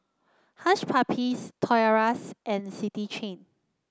Hush Puppies Toys R Us and City Chain